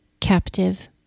captive